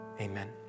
Amen